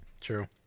True